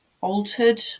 altered